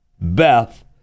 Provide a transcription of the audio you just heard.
Beth